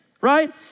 right